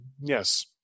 Yes